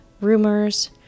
rumors